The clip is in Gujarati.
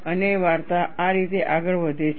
અને વાર્તા આ રીતે આગળ વધે છે